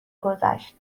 گذشت